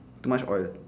too much oil